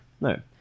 No